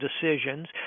decisions